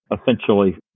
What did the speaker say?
essentially